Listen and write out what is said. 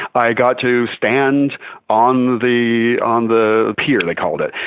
i got to stand on the on the pier, they called it,